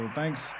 thanks